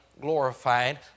glorified